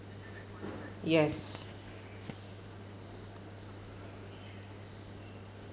yes